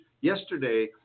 yesterday